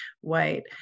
white